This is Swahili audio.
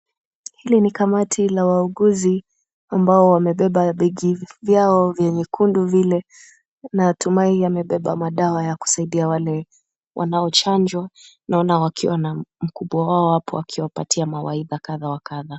Hili ni kamati la wauguzi ambao wamebeba vibegi vyao vya nyekundu vile. Natumai wamebeba madawa ya kusaidia wale wanaochanjwa. Naona wakiwa na mkubwa wao hapo akiwapa mawaidha kadha wa kadha.